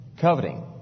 coveting